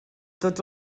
tots